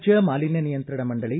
ರಾಜ್ಯ ಮಾಲಿನ್ಯ ನಿಯಂತ್ರಣ ಮಂಡಳಿ